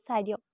চাই দিয়ক